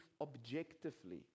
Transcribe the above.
Objectively